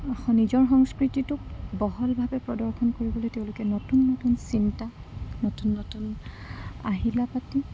নিজৰ সংস্কৃতিটোক বহলভাৱে প্ৰদৰ্শন কৰিবলৈ তেওঁলোকে নতুন নতুন চিন্তা নতুন নতুন আহিলা পাতি